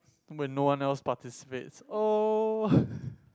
when no one else participates oh